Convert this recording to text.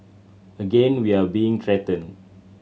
again we are being threatened